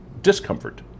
discomfort